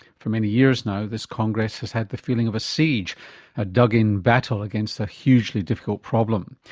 for many years now, this congress has had the feeling of a siege a dug-in battle against a hugely difficult problem.